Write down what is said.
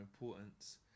importance